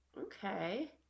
Okay